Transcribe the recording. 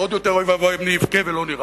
ועוד יותר אוי ואבוי אם נבכה ולא נירה.